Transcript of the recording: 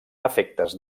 efectes